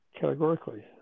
categorically